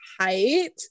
height